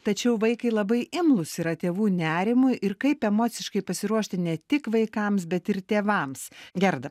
tačiau vaikai labai imlūs yra tėvų nerimui ir kaip emociškai pasiruošti ne tik vaikams bet ir tėvams gerda